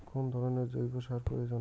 কোন ধরণের জৈব সার প্রয়োজন?